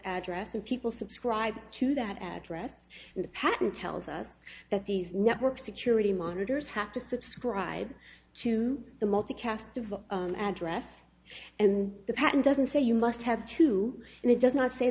address and people subscribe to that address in the pattern tells us that these network security monitors have to subscribe to the multicast to the address and the patent doesn't say you must have two and it does not say